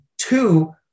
Two